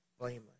blameless